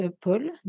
Paul